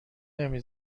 نمی